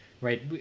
Right